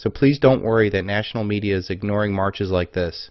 so please don't worry the national media is ignoring marches like this